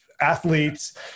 athletes